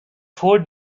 four